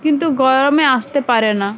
কিন্তু গরমে আসতে পারে না